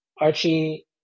Archie